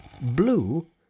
blue